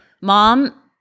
mom